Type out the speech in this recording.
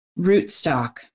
rootstock